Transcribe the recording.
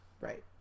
Right